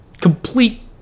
complete